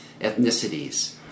ethnicities